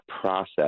process